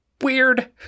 weird